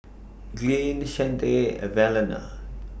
Glynn Chante Evalena